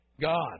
God